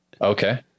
Okay